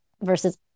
versus